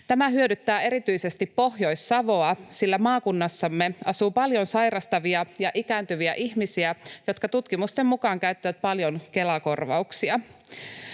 Tämä hyödyttää erityisesti Pohjois-Savoa, sillä maakunnassamme asuu paljon sairastavia ja ikääntyviä ihmisiä, jotka tutkimusten mukaan käyttävät paljon Kela-korvauksia.